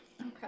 okay